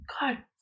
God